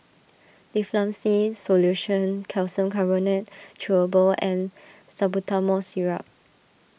Difflam C Solution Calcium Carbonate Chewable and Salbutamol Syrup